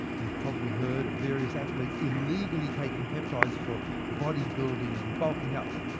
you've probably heard of various athletes illegally taking peptides for bodybuilding and bulking up.